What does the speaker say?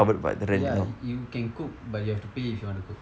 ya you can cook but you have to pay if you want to cook